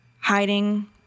hiding